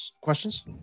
questions